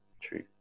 true